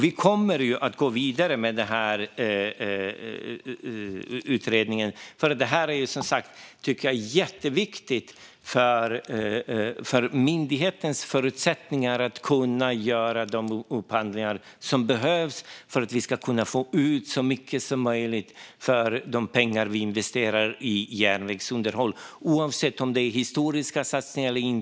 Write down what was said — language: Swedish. Vi kommer att gå vidare med utredningen, för detta är, som sagt, jätteviktigt. Det handlar om myndighetens förutsättningar att kunna göra de upphandlingar som behövs för att vi ska kunna få ut så mycket som möjligt av de pengar vi investerar i järnvägsunderhåll. Så är det oavsett om det är historiska satsningar eller inte.